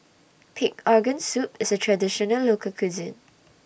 Pig Organ Soup IS A Traditional Local Cuisine